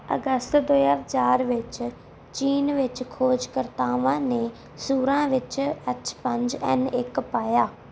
ਅਗਸਤ ਦੋ ਹਜ਼ਾਰ ਚਾਰ ਵਿੱਚ ਚੀਨ ਵਿੱਚ ਖੋਜਕਰਤਾਵਾਂ ਨੇ ਸੂਰਾਂ ਵਿੱਚ ਐੱਚ ਪੰਜ ਐੱਨ ਇੱਕ ਪਾਇਆ